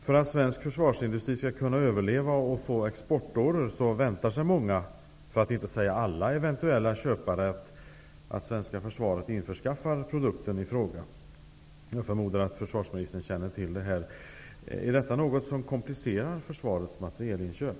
För att svensk försvarsindustri skall kunna överleva och få exportorder förväntar sig många -- för att inte säga alla -- eventuella köpare att svenska försvaret införskaffar produkten i fråga. Jag förmodar att försvarsministern känner till det här. Är detta något som komplicerar försvarets materielinköp?